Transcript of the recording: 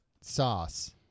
sauce